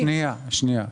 אתם מקבלים, שנייה, שנייה.